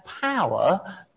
power